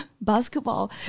basketball